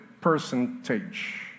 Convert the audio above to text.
percentage